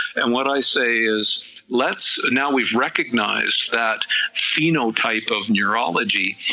and what i say is let's, now we've recognized that phenotype of numerology,